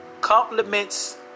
Compliments